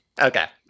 Okay